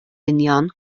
union